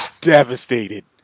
devastated